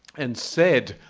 and said,